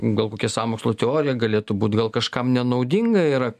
gal kokia sąmokslo teorija galėtų būt gal kažkam nenaudinga yra